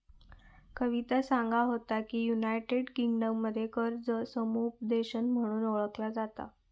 कविता सांगा होता की, युनायटेड किंगडममध्ये कर्ज समुपदेशन म्हणून ओळखला जाता